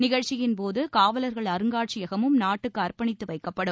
நிகழ்ச்சியின்போது காவலர்கள் அருங்காட்சியகமும் நாட்டுக்கு அர்ப்பணித்து வைக்கப்படும்